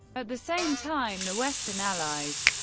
at the same time, the western allies,